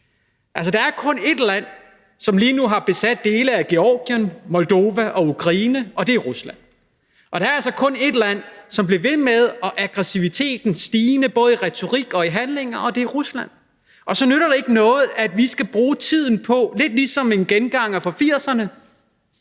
Rusland. Der er kun ét land, som lige nu besat dele af Georgien, Moldova og Ukraine, og det er Rusland. Og der er altså kun ét land, som bliver ved med at lade aggressiviteten stige både i retorik og handlinger, og det er Rusland. Så nytter det ikke noget, at vi skal bruge tiden på – det er lidt ligesom en genganger fra 1980'erne